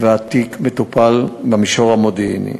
התיק מטופל במישור המודיעיני.